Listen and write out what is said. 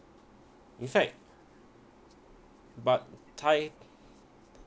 in fact but